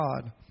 God